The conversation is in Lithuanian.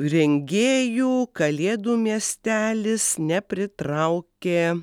rengėjų kalėdų miestelis nepritraukė